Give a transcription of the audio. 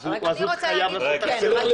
אז הוא חייב לעשות תחקיר.